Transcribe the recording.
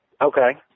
Okay